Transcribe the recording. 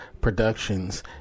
productions